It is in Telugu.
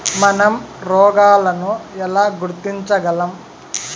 మనం రోగాలను ఎలా గుర్తించగలం?